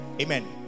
amen